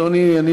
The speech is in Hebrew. אדוני,